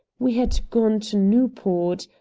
we had gone to newport.